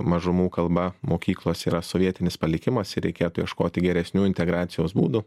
mažumų kalba mokyklos yra sovietinis palikimas reikėtų ieškoti geresnių integracijos būdų